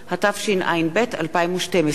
חד"ש בל"ד והעבודה מרצ להביע אי-אמון בממשלה בשל: